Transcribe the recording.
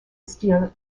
style